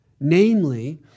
Namely